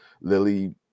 lily